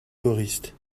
choristes